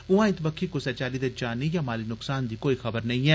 ऊआं इत बक्खी कुसै चाल्ली दे जानी जा माली नुक्सान दी कोई खबर नेई ऐ